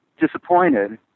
disappointed